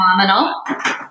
phenomenal